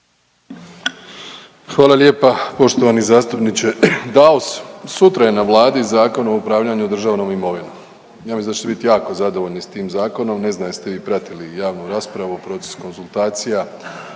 Hvala lijepa poštovani zastupniče Daus. Sutra je na Vladi Zakon o upravljanju državnom imovinom. Ja mislim da ćete biti jako zadovoljni sa tim zakonom. Ne znam jeste li vi pratili javnu raspravu, proces konzultacija